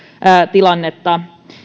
tilannetta